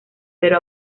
pero